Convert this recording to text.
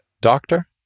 doctor